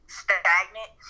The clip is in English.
stagnant